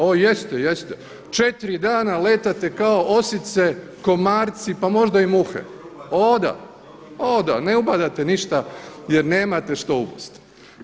O jeste, jeste, četiri dana letite kao osice, komarci pa možda i muhe, o da, o da, ne ubadate ništa jer nemate što ubosti.